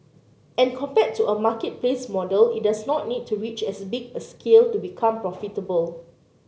and compared to a marketplace model it does not need to reach as big a scale to become profitable